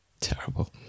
Terrible